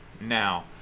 now